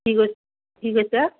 কি কৈ কি কৈছা